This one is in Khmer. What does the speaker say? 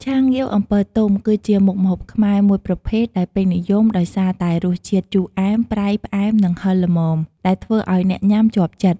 ឆាងាវអំពិលទុំ គឺជាមុខម្ហូបខ្មែរមួយប្រភេទដែលពេញនិយមដោយសារតែរសជាតិជូរអែម ប្រៃ ផ្អែម និងហឹរល្មម ដែលធ្វើឱ្យអ្នកញ៉ាំជាប់ចិត្ត។